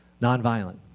nonviolent